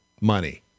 money